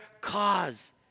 cause